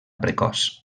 precoç